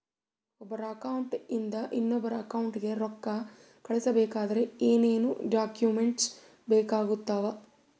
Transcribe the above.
ಒಬ್ಬರ ಅಕೌಂಟ್ ಇಂದ ಇನ್ನೊಬ್ಬರ ಅಕೌಂಟಿಗೆ ರೊಕ್ಕ ಕಳಿಸಬೇಕಾದ್ರೆ ಏನೇನ್ ಡಾಕ್ಯೂಮೆಂಟ್ಸ್ ಬೇಕಾಗುತ್ತಾವ?